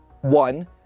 one